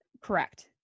Correct